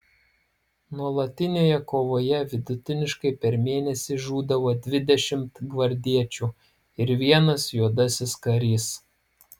nuolatinėje kovoje vidutiniškai per mėnesį žūdavo dvidešimt gvardiečių ir vienas juodasis karys